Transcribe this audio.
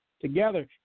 together